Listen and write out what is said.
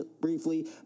briefly